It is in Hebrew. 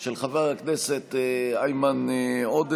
של חבר הכנסת איימן עודה